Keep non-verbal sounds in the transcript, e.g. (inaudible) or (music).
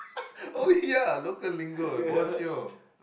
(laughs) oh ya local lingo eh bojio